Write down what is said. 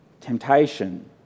temptation